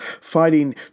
Fighting